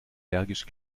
bergisch